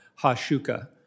hashuka